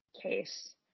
case